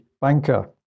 banker